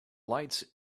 lights